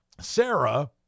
Sarah